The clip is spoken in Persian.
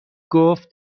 گفت